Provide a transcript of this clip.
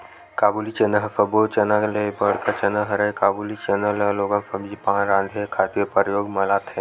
काबुली चना ह सब्बो चना ले बड़का चना हरय, काबुली चना ल लोगन सब्जी पान राँधे खातिर परियोग म लाथे